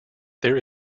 there